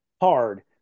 hard